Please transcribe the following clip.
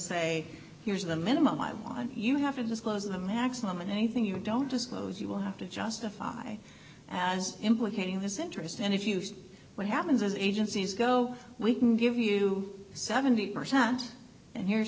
say here's the minimum i want you have to disclose the maximum and anything you don't disclose you will have to justify as implicating this interest and if you see what happens as agencies go we can give you seventy percent and here's